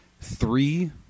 three